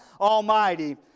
Almighty